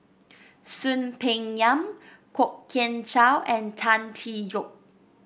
Soon Peng Yam Kwok Kian Chow and Tan Tee Yoke